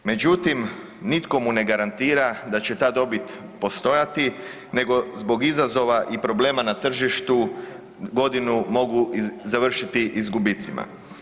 Međutim, nitko mu ne garantira da će ta dobit postojati nego zbog izazova i problema na tržištu godinu mogu završiti i s gubicima.